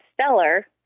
stellar